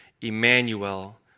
Emmanuel